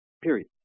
Period